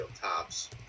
tops